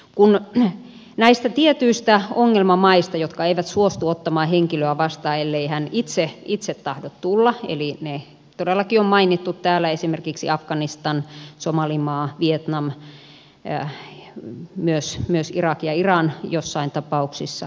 kun näistä tietyistä ongelmamaista jotka eivät suostu ottamaan henkilöä vastaan ellei hän itse tahdo tulla ne todellakin on mainittu täällä esimerkiksi afganistan somalimaa vietnam myös irak ja iran joissain tapauksissa